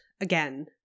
again